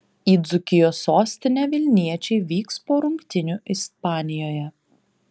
į dzūkijos sostinę vilniečiai vyks po rungtynių ispanijoje